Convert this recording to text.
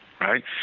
Right